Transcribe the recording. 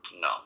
No